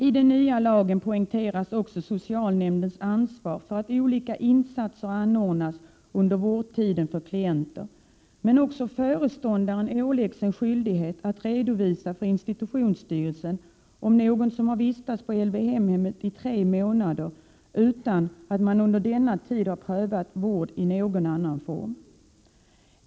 I den nya lagen poängteras också socialnämndens ansvar för att olika insatser anordnas under vårdtiden för klienter, men föreståndaren åläggs också en skyldighet att redovisa för institutionsstyrelsen om någon vistats på LVM-hemmet i tre månader utan att man under den tiden prövat vård i annan form.